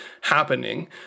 happening